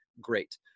great